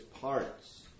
parts